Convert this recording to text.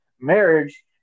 marriage